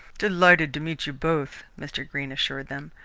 delighted to meet you both, mr. greene assured them.